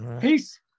peace